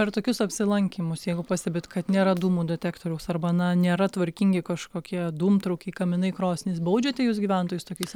per tokius apsilankymus jeigu pastebit kad nėra dūmų detektoriaus arba na nėra tvarkingi kažkokie dūmtraukiai kaminai krosnys baudžiate jus gyventojus tokiais